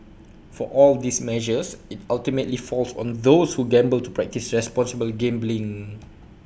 for all these measures IT ultimately falls on those who gamble to practise responsible gambling